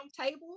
table